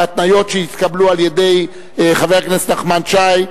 בהתניות שהתקבלו על-ידי חבר הכנסת נחמן שי,